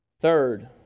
Third